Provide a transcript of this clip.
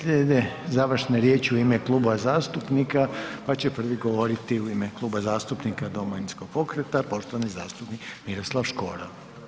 Slijede završne riječi u ime kluba zastupnika pa će prvi govoriti u ime Kluba zastupnika Domovinskog pokreta poštovani zastupnik Miroslav Škoro.